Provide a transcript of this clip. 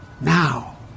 Now